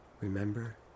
Remember